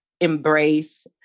embrace